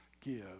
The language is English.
give